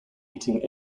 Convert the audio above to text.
eating